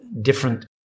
different